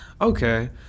Okay